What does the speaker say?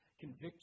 convict